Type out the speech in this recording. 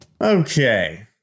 Okay